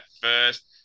first